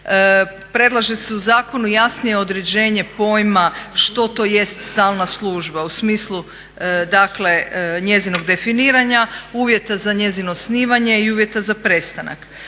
predlaže se u zakonu jasnije određenje pojma što to jest stalna služba u smislu njezinog definiranja, uvjeta za njezino osnivanje i uvjeta za prestanak.